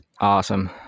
awesome